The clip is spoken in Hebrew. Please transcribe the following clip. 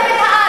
הארץ.